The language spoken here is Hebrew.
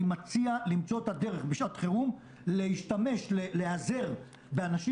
אני מציע למצוא את הדרך בשעת חירום להשתמש ולהיעזר באנשים